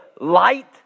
light